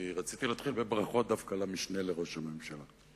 כי רציתי להתחיל בברכות דווקא למשנה לראש הממשלה.